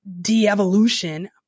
de-evolution